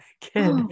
kid